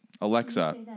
Alexa